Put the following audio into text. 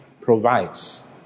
provides